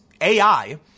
AI